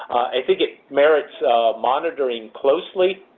i think it merits monitoring closely